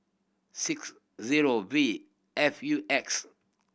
six zero V F U X